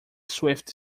swift